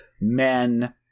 Men